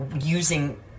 using